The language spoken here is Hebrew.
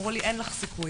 אמרו לי - אין לך סיכוי,